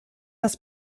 das